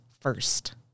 first